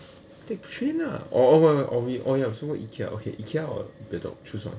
take train lah or or wait ikea so what ikea or bedok choose one